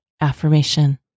AFFIRMATION